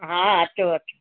हा अचो अचो